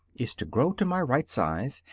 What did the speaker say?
is to grow to my right size,